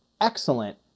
excellent